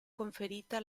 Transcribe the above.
conferita